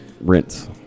rinse